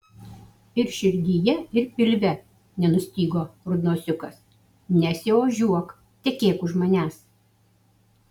ir širdyje ir pilve nenustygo rudnosiukas nesiožiuok tekėk už manęs